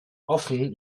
offen